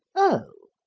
o!